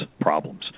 problems